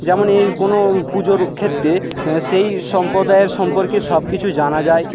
যেমন এই কোনো পুজোর ক্ষেত্রে সেই সম্প্রদায়ের সম্পর্কে সব কিছু জানা যায়